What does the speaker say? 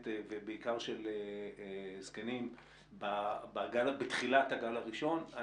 ובעיקר של זקנים בתחילת הגל הראשון.